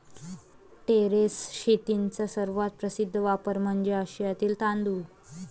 terrace शेतीचा सर्वात प्रसिद्ध वापर म्हणजे आशियातील तांदूळ